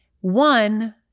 One